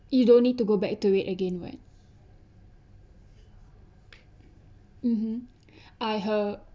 you don't need to go back to it again right mmhmm I have